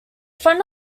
front